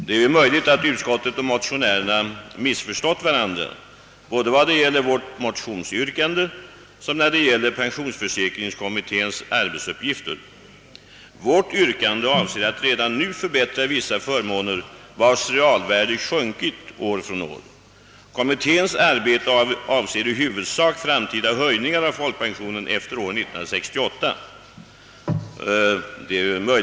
Det är möjligt att utskottsmajoriteten och motionärerna missförstått varandra både när det gäller vårt motionsyrkande och pensionsförsäkringskommitténs arbetsuppgifter. Vårt yrkande avser att redan nu förbättra vissa förmåner, vilkas realvärde sjunkit år från år. Kommitténs arbete avser i huvudsak höjningar efter år 1968.